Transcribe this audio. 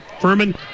Furman